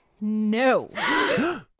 No